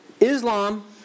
Islam